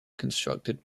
constructed